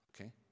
Okay